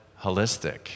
holistic